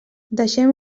deixem